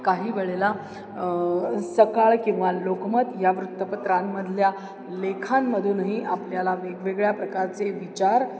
काही वेळेला सकाळ किंवा लोकमत या वृत्तपत्रांमधल्या लेखांमधूनही आपल्याला वेगवेगळ्या प्रकारचे विचार